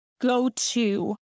go-to